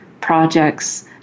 projects